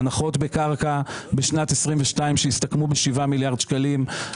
הנחות בקרקע בשנת 2022 שהסתכמו בשבעה מיליארד שקלים,